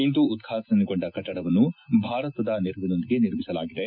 ಇಂದು ಉದ್ದಾಟನೆಗೊಂಡ ಕಟ್ಟಡವನ್ನು ಭಾರತದ ನೆರವಿನೊಂದಿಗೆ ನಿರ್ಮಿಸಲಾಗಿದೆ